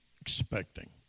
expecting